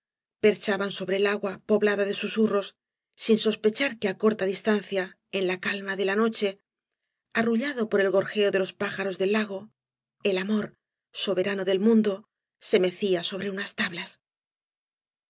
perchaban sobre el agua poblada de busurros sin sospechar que á corta distancia en la calma de la noche arrullado por el gorjeo de ios pájaros del lago el amor soberano del mundo ee mecía sobre unas tablas